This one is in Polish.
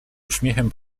uśmiechem